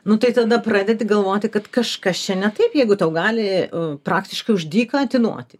nu tai tada pradedi galvoti kad kažkas čia ne taip jeigu tau gali praktiškai už dyką atiduoti